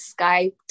skyped